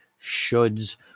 shoulds